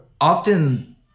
often